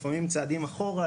לפעמים צעדים אחורה,